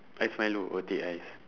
ice milo or teh ice